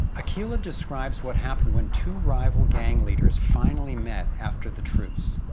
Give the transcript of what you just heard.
aqeela describes what happened when two rival gang leaders finally met after the truce.